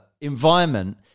environment